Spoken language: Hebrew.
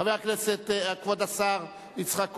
חבר הכנסת, כבוד השר, יצחק כהן,